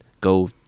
go